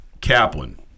Kaplan